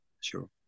Sure